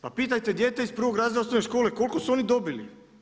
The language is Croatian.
Pa pitajte dijete iz prvog razreda osnovne škole koliko su oni dobili.